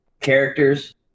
characters